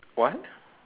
what